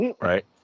Right